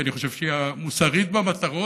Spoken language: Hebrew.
כי אני חושב שהיא המוסרית במטרות,